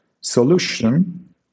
solution